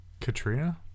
Katrina